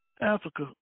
Africa